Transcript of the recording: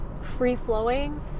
free-flowing